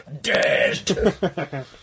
dead